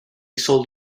sold